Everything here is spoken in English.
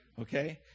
Okay